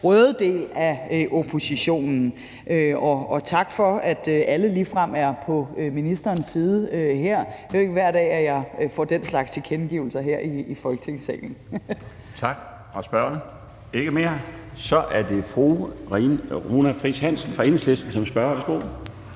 røde del af oppositionen. Tak for, at alle ligefrem er på ministerens side her. Det er jo ikke hver dag, at jeg får den slags tilkendegivelser her i Folketingssalen. Kl. 13:04 Den fg. formand (Bjarne Laustsen): Tak. Der var ikke mere fra spørgeren.